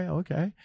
okay